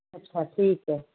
ਅੱਛਾ ਠੀਕ ਹੈ